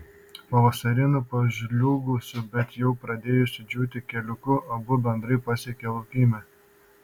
pavasariniu pažliugusiu bet jau pradėjusiu džiūti keliuku abu bendrai pasiekė laukymę